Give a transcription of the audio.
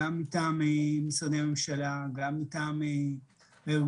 גם מטעם משרדי הממשלה, גם מטעם הארגונים.